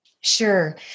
Sure